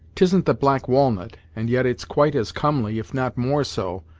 tisn't the black walnut, and yet it's quite as comely, if not more so,